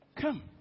Come